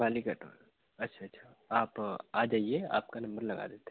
बाल ही कटवाना अच्छा अच्छा आप आ जाइए आपका नंबर लगा देते हैं